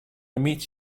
meet